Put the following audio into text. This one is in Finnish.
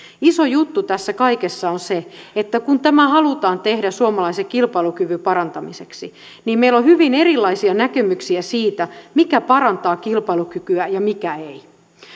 iso juttu tässä kaikessa on se että kun tämä halutaan tehdä suomalaisen kilpailukyvyn parantamiseksi niin meillä on hyvin erilaisia näkemyksiä siitä mikä parantaa kilpailukykyä ja mikä ei